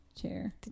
chair